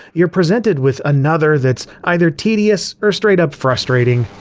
you're presented with another that's either tedious or straight up frustrating.